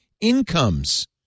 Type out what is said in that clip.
incomes